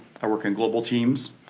i work in global teams.